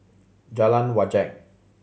Jalan Wajek